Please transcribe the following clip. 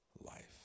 life